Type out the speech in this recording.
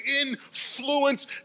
influence